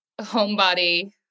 homebody